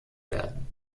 werden